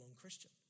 Christian